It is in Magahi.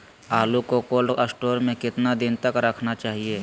आलू को कोल्ड स्टोर में कितना दिन तक रखना चाहिए?